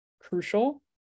crucial